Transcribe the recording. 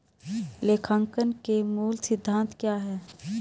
लेखांकन के मूल सिद्धांत क्या हैं?